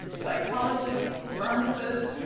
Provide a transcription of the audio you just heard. psychologists, pharmacists,